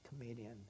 comedian